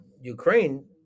Ukraine